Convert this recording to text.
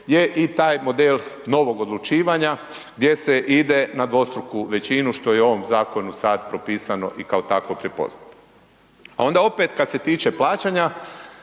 je i taj model novog odlučivanja gdje se ide na dvostruku većinu što je u ovom zakonu sad propisano i kao takvo prepoznato. A onda opet kad se tiče plaćanja,